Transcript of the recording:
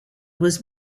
was